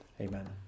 amen